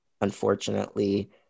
unfortunately